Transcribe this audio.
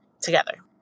together